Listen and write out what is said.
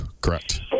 correct